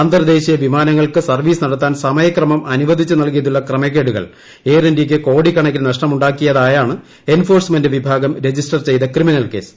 അന്തർദേശീയ വിമാനങ്ങൾക്ക് സർവ്വീസ് നടത്താൻ സമയക്രമം അനുവദിച്ചു നൽകിയതിലുള്ള ക്രമക്കേടുകൾ എയർ ഇന്ത്യയ്ക്ക് കോടിക്കണക്കിന് നഷ്ടമുണ്ടാക്കിയതായാണ് എൻഫോഴ്സ്മെന്റ് വിഭാഗം രജിസ്റ്റർ ചെയ്ത ക്രിമിൽ കേസ്